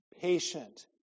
patient